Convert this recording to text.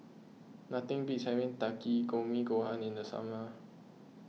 nothing beats having Takikomi Gohan in the summer